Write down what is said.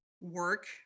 work